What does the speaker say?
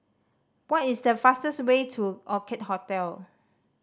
what is the fastest way to Orchid Hotel